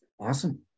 Awesome